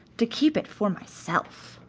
to keep it for myself!